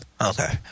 Okay